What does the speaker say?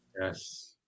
Yes